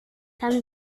tam